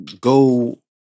go